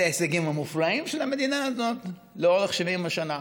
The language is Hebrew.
את ההישגים המופלאים של המדינה הזאת לאורך 70 השנה.